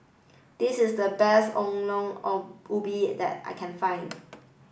this is the best Ongol Ong Ubi that I can find